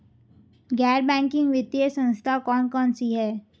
गैर बैंकिंग वित्तीय संस्था कौन कौन सी हैं?